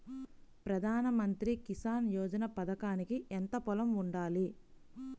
ప్రధాన మంత్రి కిసాన్ యోజన పథకానికి ఎంత పొలం ఉండాలి?